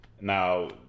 Now